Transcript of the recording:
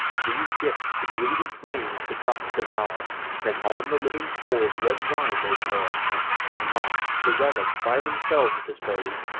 these gifts the greedy flames to dust devour then on the living coals red wine they pour and, last, the relics by themselves dispose,